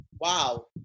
wow